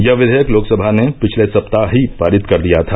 यह विघेयक लोकसभा ने पिछले सप्ताह ही पारित कर दिया था